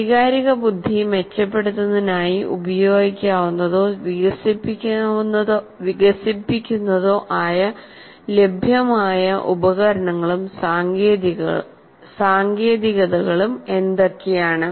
വൈകാരിക ബുദ്ധി മെച്ചപ്പെടുത്തുന്നതിനായി ഉപയോഗിക്കാവുന്നതോ വികസിപ്പിക്കുന്നതോ ആയ ലഭ്യമായ ഉപകരണങ്ങളും സാങ്കേതികതകളും എന്തൊക്കെയാണ്